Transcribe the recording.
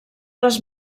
les